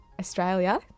australia